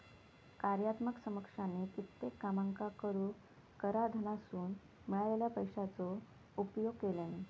कार्यात्मक समकक्षानी कित्येक कामांका करूक कराधानासून मिळालेल्या पैशाचो उपयोग केल्यानी